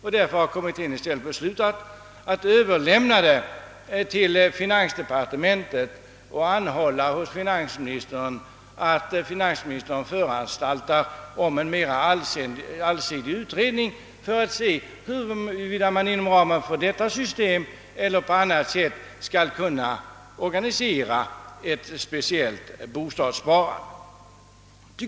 I stället har kommittén beslutat anhålla att finansministern föranstaltar om en mera allsidig utredning för att se huruvida man inom ramen för detta system eller på annat sätt kan organisera ett speciellt bostadssparande.